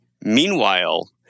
Meanwhile